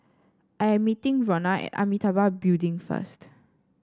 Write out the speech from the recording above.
I am meeting Ronna at Amitabha Building first